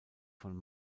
von